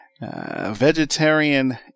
Vegetarian